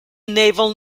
naval